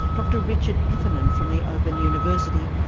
dr richard heffernan from the open university,